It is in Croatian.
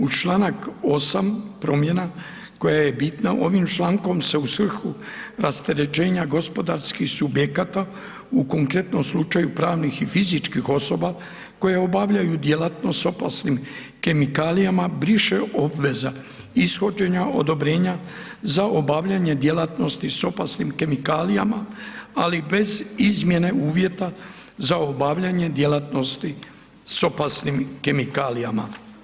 Uz članak 8. promjena, koja je bitna ovim člankom, se u svrhu rasterećenja gospodarskih subjekata, u konkretnom slučaju pravnih i fizičkih osoba koje obavljaju djelatnost s opasnim kemikalijama, briše obveza ishođenja odobrenja za obavljanje djelatnosti s opasnim kemikalijama ali bez izmjena uvjeta za obavljanje djelatnosti s opasnim kemikalijama.